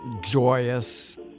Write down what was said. joyous